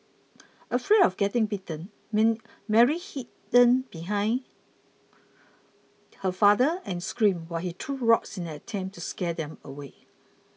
afraid of getting bitten men Mary hidden behind her father and screamed while he threw rocks in an attempt to scare them away